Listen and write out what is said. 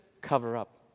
cover-up